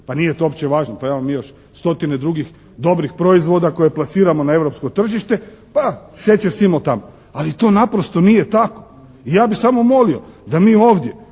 pa nije to uopće važno, pa imamo mi još stotine drugih dobrih proizvoda koje plasiramo na europsko tržište, pa šećer simo tamo. Ali to naprosto nije tako. I ja bih samo molio da mi ovdje